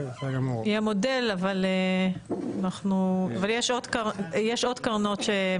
היא המודל, אבל יש עוד קרנות.